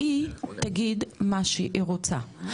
היא תגיד מה שהיא רוצה,